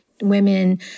women